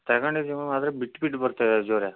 ತೆಗೊಂಡಿದಿವಿ ma'am ಆದರೆ ಬಿಟ್ಬಿಟ್ಟು ಬರ್ತಾ ಇದೆ ಜ್ವರ